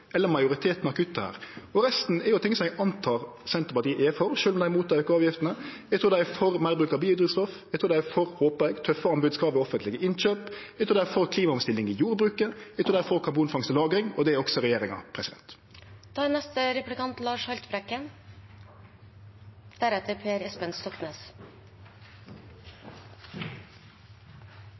eller majoriteten av kutta her. Og resten er ting som eg antek Senterpartiet er for, sjølv om dei er imot å auke avgiftene. Eg trur dei er for meir bruk av biodrivstoff, eg trur dei er for opne, tøffe anbodskrav i offentlege innkjøp, eg trur dei er for klimaomstilling i jordbruket, eg trur dei er for karbonfangst og -lagring, og det er også regjeringa.